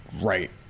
right